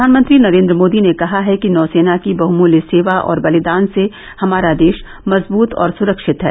प्रधानमंत्री नरेंद्र मोदी ने कहा है कि नौसेना की बहमूल्य सेवा और बलिदान से हमारा देश मजबूत और सुरक्षित है